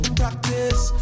practice